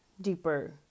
deeper